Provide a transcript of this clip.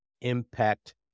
impact